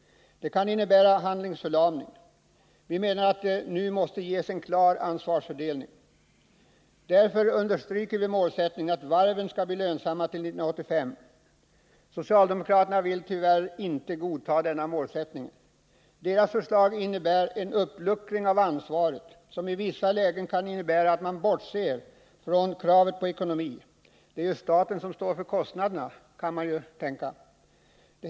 Det kan innebära handlingsförlamning. Vi menar också att det nu måste ges en klar ansvarsfördelning. Därför understryker vi målsättningen att varven skall bli lönsamma till 1985. Socialdemokraterna vill tyvärr inte godta denna målsättning. Deras förslag innebär en uppluckring av ansvaret som i vissa lägen kan innebära att man bortser från kravet på ekonomi — det är ju staten som står för kostnaderna, kan man tänka.